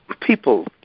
People